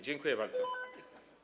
Dziękuję bardzo.